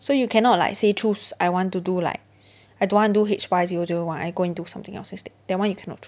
so you cannot like say choose I want to do like I don't want to do H_Y zero zero one I go and do something else instead that one you cannot choose